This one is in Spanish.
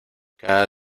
cada